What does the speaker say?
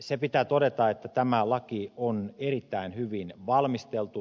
se pitää todeta että tämä laki on erittäin hyvin valmisteltu